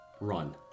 run